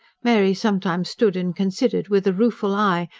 mary sometimes stood and considered, with a rueful eye,